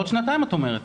עוד שנתיים את אומרת.